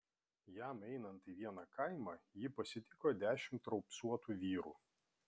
jam įeinant į vieną kaimą jį pasitiko dešimt raupsuotų vyrų